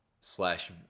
slash